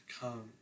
come